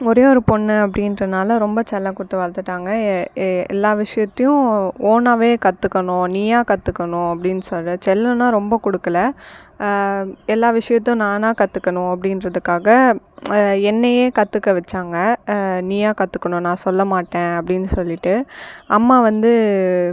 ஒரே ஒரு பொண்ணு அப்படின்றனால ரொம்ப செல்லம் கொடுத்து வளர்த்துட்டாங்க எ எ எல்லா விஷயத்தையும் ஓனாவே கத்துக்கணும் நீயா கத்துக்கணும் அப்படின்னு சொல்லி செல்லம்னா ரொம்ப கொடுக்கல எல்லா விஷயத்தையும் நானா கத்துக்கணும் அப்படின்றதுக்காக என்னையே கத்துக்க வச்சாங்கள் நீயா கத்துக்கணும் நான் சொல்ல மாட்டேன் அப்படின்னு சொல்லிகிட்டு அம்மா வந்து